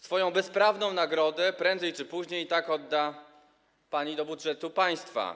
Swoją bezprawną nagrodę prędzej czy później i tak odda pani do budżetu państwa.